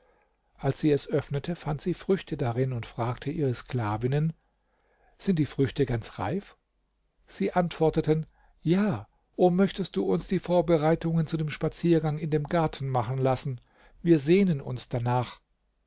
als sie es öffnete fand sie früchte darin und fragte ihre sklavinnen sind die früchte ganz reif sie antworteten ja o möchtest du uns die vorbereitungen zu dem spaziergang in dem garten machen lassen wir sehnen uns danach